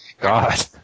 god